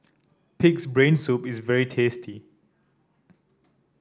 pig's brain soup is very tasty